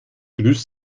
grüßt